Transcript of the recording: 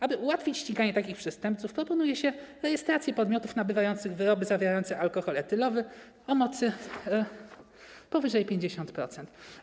Aby ułatwić ściganie takich przestępców, proponuje się rejestrację podmiotów nabywających wyroby zawierające alkohol etylowy o mocy powyżej 50%.